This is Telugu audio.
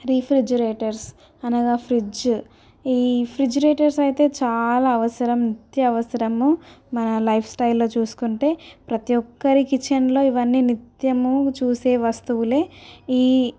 రీఫ్రిజిరేటర్స్ అనగా ఫ్రిడ్జ్ ఈ రీఫ్రిజిరేటర్స్ అయితే చాలా అవసరం నిత్య అవసరము మన లైఫ్స్టైల్లో చూసుకుంటే ప్రతీ ఒక్కరి కిచెన్లో ఇవన్నీ నిత్యము చూసే వస్తువులే ఈ